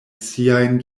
siajn